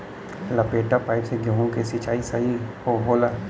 लपेटा पाइप से गेहूँ के सिचाई सही होला?